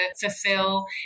fulfill